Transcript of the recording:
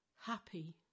happy